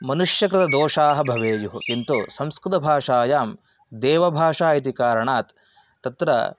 मनुष्यकृतदोषाः भवेयुः किन्तु संस्कृतभाषायां देवभाषा इति कारणात् तत्र